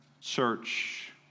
church